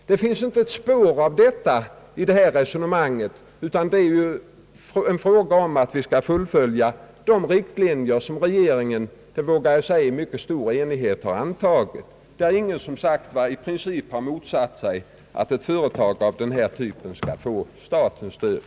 Det finns inte ett spår av detta, utan det gäller att fullfölja de riktlinjer som riksdagen — det vågar jag säga — med stor enighet har antagit. Ingen har i princip motsatt sig att ett företag av denna typ skall få statens stöd.